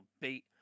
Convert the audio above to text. beat